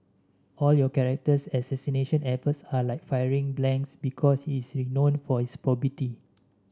all your character assassination efforts are like firing blanks because he is renown for his probity